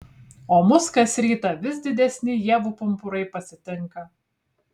o mus kas rytą vis didesni ievų pumpurai pasitinka